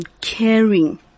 caring